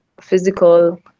physical